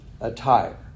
attire